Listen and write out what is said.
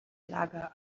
lager